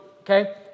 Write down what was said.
okay